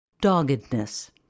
Doggedness